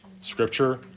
Scripture